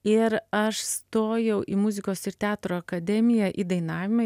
ir aš stojau į muzikos ir teatro akademiją į dainavimą